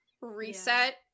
reset